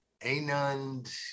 Anand